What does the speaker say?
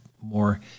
more